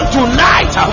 Tonight